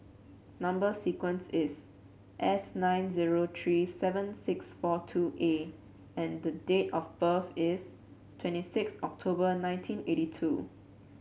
number sequence is S nine zero three seven six four two A and the date of birth is twenty six October nineteen eighty two